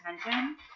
attention